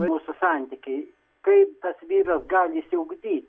mūsų santykiai kaip tas vyras gali išsiugdyt